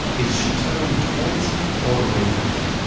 is she turning towards you or away from you?